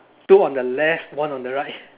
two on the left one on the right